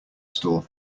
store